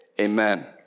Amen